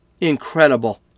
Incredible